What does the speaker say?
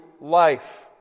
life